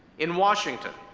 in washington,